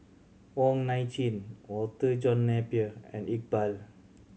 Wong Nai Chin Walter John Napier and Iqbal